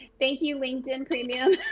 thank you linkedin premium